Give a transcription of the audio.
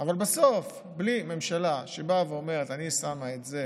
אבל בסוף, בלי ממשלה שבאה ואומרת: אני שמה את זה